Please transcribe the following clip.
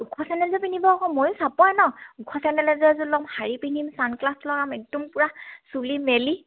ওখ চেণ্ডেল এযোৰ পিন্ধিব আকৌ ময়ো চাপৰে নহ্ ওখ চেণ্ডেল এযোৰ এযোৰ ল'ম শাৰী পিন্ধিম চান গ্লাছ লগাম একদম পূৰা চুলি মেলি